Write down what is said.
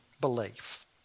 belief